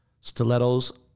stilettos